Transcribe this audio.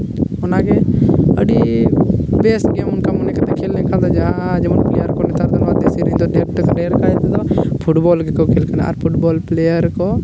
ᱚᱱᱟᱜᱮ ᱜᱮ ᱟᱹᱰᱤ ᱵᱮᱹᱥ ᱜᱮ ᱚᱱᱠᱟ ᱢᱚᱱᱮ ᱠᱟᱛᱮᱫ ᱠᱷᱮᱹᱞ ᱞᱮᱠᱷᱟᱱ ᱫᱚ ᱡᱟᱦᱟᱸ ᱡᱮᱢᱚᱱ ᱯᱞᱮᱹᱭᱟᱨ ᱠᱚ ᱱᱮᱛᱟᱨ ᱫᱚ ᱫᱮᱹᱥᱤ ᱱᱮᱛᱟᱨ ᱫᱚ ᱰᱷᱮᱹᱨ ᱰᱷᱮᱹᱨ ᱠᱟᱭ ᱛᱮᱫᱚ ᱯᱷᱩᱴᱵᱚᱞ ᱜᱮᱠᱚ ᱠᱷᱮᱹᱞ ᱠᱟᱱᱟ ᱟᱨ ᱯᱷᱩᱴᱵᱚᱞ ᱯᱞᱮᱹᱭᱟᱨ ᱠᱚ